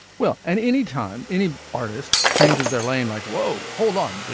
well and anytime any artist changes their lane, like, whoa, hold on.